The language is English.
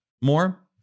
more